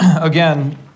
Again